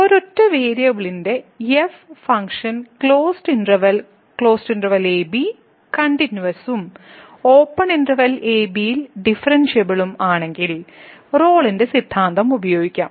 ഒരൊറ്റ വേരിയബിളിന്റെ F function closed ഇന്റെർവെല്ലിൽ a b കണ്ടിന്യൂവസും ഓപ്പൺ ഇന്റെർവെല്ലിൽ a b ഡിഫറെന്ഷ്യബിളും ആണെങ്കിൽ റോളിന്റെ സിദ്ധാന്തം ഉപയോഗിക്കാം